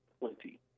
plenty